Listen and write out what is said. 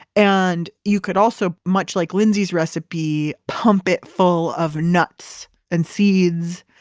and you could also, much like lindsay's recipe, pump it full of nuts and seeds.